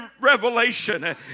revelation